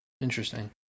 Interesting